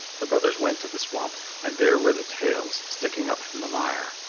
the brothers went to the swamp, and there were the tails sticking up from the mire.